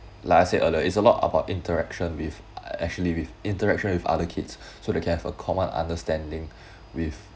like I said earlier it's a lot about interaction with actually with interaction with other kids so they can have a common understanding with